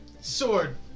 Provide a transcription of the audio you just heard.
sword